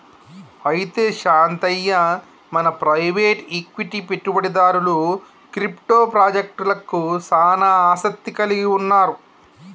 అయితే శాంతయ్య మన private equity పెట్టుబడిదారులు క్రిప్టో పాజెక్టలకు సానా ఆసత్తి కలిగి ఉన్నారు